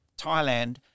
Thailand